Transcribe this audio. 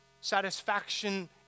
satisfaction